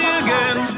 again